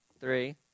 three